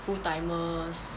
full timers